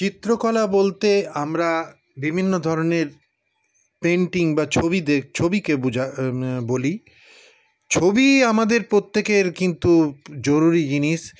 চিত্রকলা বলতে আমরা বিভিন্ন ধরনের পেইন্টিং বা ছবিদের ছবিকে বুঝা বলি ছবি আমাদের প্রত্যেকের কিন্তু জরুরি জিনিস